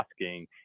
asking